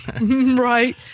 right